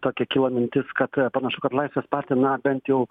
tokia kilo mintis kad panašu kad laisvės partija na bent jau